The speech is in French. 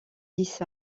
dix